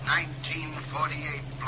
1948